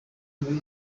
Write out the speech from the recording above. muri